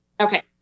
Okay